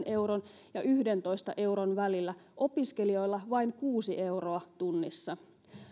euron ja yhdentoista euron välillä opiskelijoilla vain kuusi euroa tunnissa